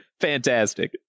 Fantastic